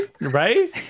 right